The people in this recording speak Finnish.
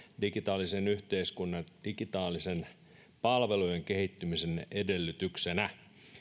digitaalisen yhteiskunnan ja digitaalisten palvelujen kehittymisen edellytyksenä